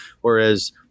Whereas